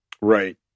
right